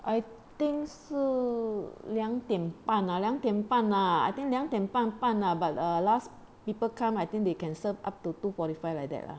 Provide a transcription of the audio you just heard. I think 是两点半 ah 两点半 ah I think 两点半半 ah but last people come I think they can serve up to two forty five like that lah